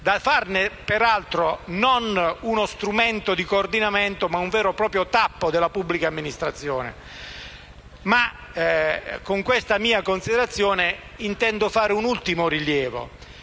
diventata più che un organo di coordinamento un vero e proprio tappo per la pubblica amministrazione. Con questa mia considerazione intendo fare un ultimo rilievo: